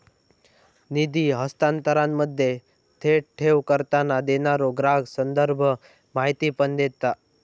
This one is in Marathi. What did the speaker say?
निधी हस्तांतरणामध्ये, थेट ठेव करताना, देणारो ग्राहक संदर्भ माहिती पण देता